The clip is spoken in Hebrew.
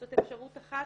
זאת אפשרות אחת.